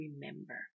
remember